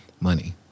Money